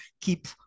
keep